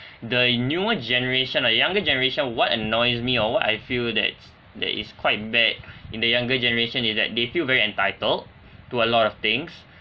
the newer generation uh younger generation what annoys me or what I feel that there is quite bad in the younger generation is that they feel very entitled to a lot of things